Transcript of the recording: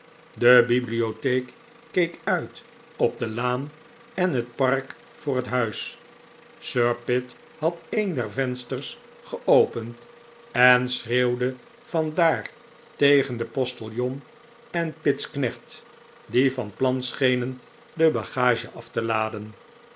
de bibliotheek keek uit op de laan en het park voor het huis sir pitt had een der vensters geopend en schreeuwde van daar tegen den postiljon en pitt's knecht die van plan schenen de bagage af te laden